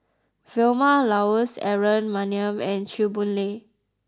Vilma Laus Aaron Maniam and Chew Boon Lay